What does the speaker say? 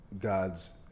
God's